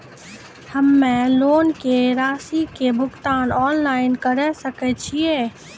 हम्मे लोन के रासि के भुगतान ऑनलाइन करे सकय छियै?